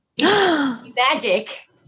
Magic